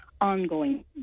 ongoing